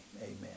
amen